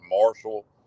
Marshall